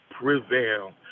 prevail